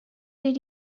did